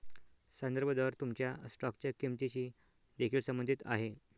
संदर्भ दर तुमच्या स्टॉकच्या किंमतीशी देखील संबंधित आहे